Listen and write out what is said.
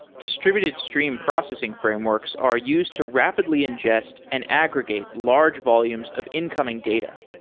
distributed stream processing frameworks are used to rapidly ingest and aggregate large volumes of incoming data.